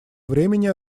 времени